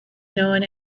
known